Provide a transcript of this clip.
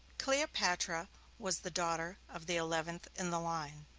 cleopatra was the daughter of the eleventh in the line.